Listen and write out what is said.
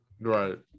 Right